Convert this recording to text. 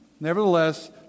Nevertheless